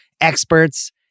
experts